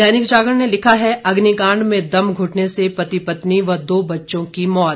दैनिक जागरण ने लिखा है अग्निकांड में दम घुटने से पति पत्नी व दो बच्चों की मौत